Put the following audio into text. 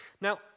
Now